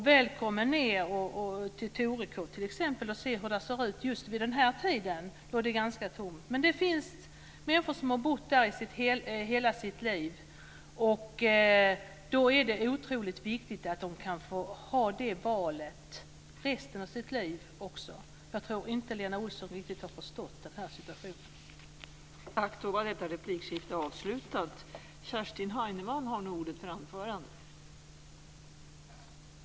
Välkommen ned till Torekov, t.ex., och se hur där ser ut just vid denna tid, då det är ganska tomt. Det finns människor som har bott där i hela sitt liv. Då är det otroligt viktigt att de kan få välja att göra det också resten av sitt liv. Jag tror inte att Lena Olsson har förstått denna situation riktigt.